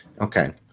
Okay